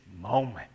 moment